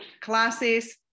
classes